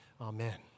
Amen